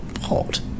hot